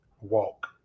walk